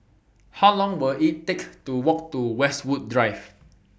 How Long Will IT Take to Walk to Westwood Drive